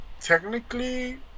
Technically